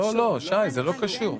לא, לא, שי, זה לא קשור.